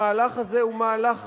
המהלך הזה הוא מהלך חמור.